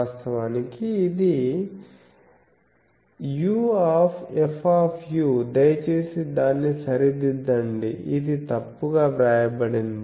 వాస్తవానికి ఇది uf దయచేసి దాన్ని సరిదిద్దండి ఇది తప్పుగా వ్రాయబడింది